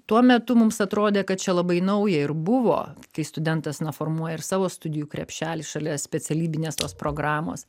tuo metu mums atrodė kad čia labai nauja ir buvo kai studentas na formuoja ir savo studijų krepšelį šalia specialybinės tos programos